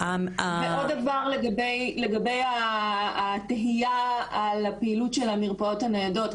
ועוד דבר לגבי התהייה על הפעילות של המרפאות ניידות.